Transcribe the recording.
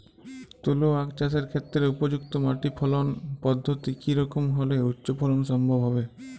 তুলো আঁখ চাষের ক্ষেত্রে উপযুক্ত মাটি ফলন পদ্ধতি কী রকম হলে উচ্চ ফলন সম্ভব হবে?